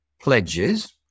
pledges